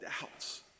doubts